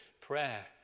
prayer